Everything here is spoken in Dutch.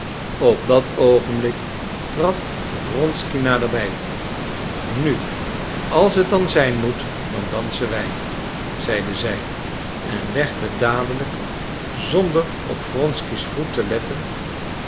op dat oogenblik trad wronsky naderbij nu als het dan zijn moet dan dansen wij zeide zij en legde dadelijk zonder op wronsky's groet te letten